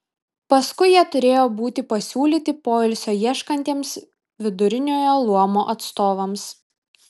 paskui jie turėjo būti pasiūlyti poilsio ieškantiems viduriniojo luomo atstovams